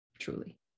truly